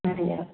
धन्यवाद